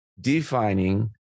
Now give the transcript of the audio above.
defining